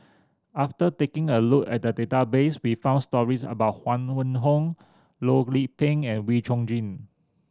after taking a look at the database we found stories about Huang Wenhong Loh Lik Peng and Wee Chong Jin